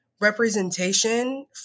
representation